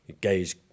gays